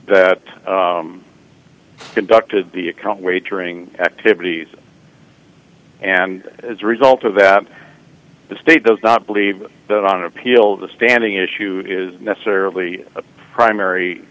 that conducted the account wagering activities and as a result of that the state does not believe that on appeal the standing issue is necessarily a primary